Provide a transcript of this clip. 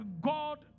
God